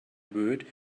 word